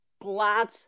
glad